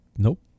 Nope